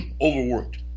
overworked